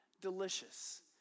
delicious